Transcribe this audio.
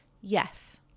Yes